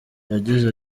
yagize